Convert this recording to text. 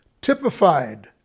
typified